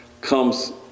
comes